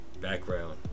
background